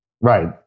right